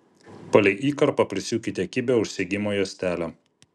palei įkarpą prisiūkite kibią užsegimo juostelę